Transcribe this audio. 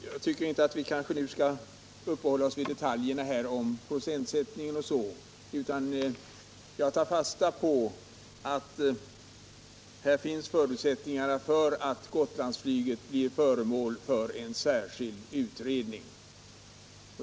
Jag tycker emellertid inte att vi nu skall uppehålla oss vid detaljer om procentsatser etc., utan jag tar fasta på att här finns förutsättningar för att Gottandsflyget blir föremål för en särskild utredning.